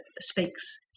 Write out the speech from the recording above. speaks